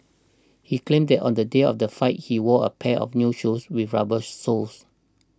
he claimed that on the day of the fight he wore a pair of new shoes with rubber soles